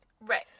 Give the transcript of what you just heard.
Right